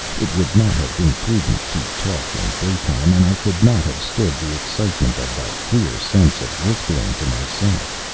it would not have been prudent to talk in daytime and i could not have stood the excitement of that queer sense of whispering to myself.